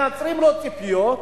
מייצרים לו ציפיות,